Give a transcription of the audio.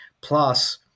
Plus